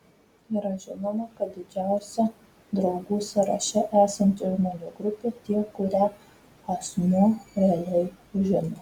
yra žinoma kad didžiausia draugų sąraše esanti žmonių grupė tie kurią asmuo realiai žino